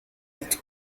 hit